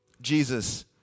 Jesus